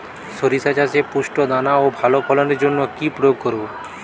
শরিষা চাষে পুষ্ট দানা ও ভালো ফলনের জন্য কি প্রয়োগ করব?